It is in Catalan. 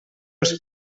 els